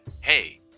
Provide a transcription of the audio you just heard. Hey